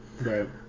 right